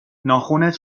ناخنت